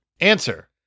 Answer